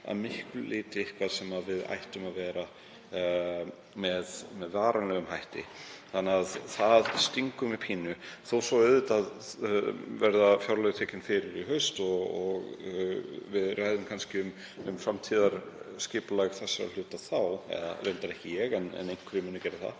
að miklu leyti eitthvað sem ætti að vera varanlegt. Þannig að það stingur mig pínulítið. Auðvitað verða fjárlög tekin fyrir í haust og við ræðum kannski um framtíðarskipulag þessara hluta þá, reyndar ekki ég en einhverjir munu gera það.